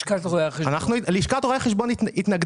לשכת רואי החשבון --- לשכת רואי החשבון התנגדה,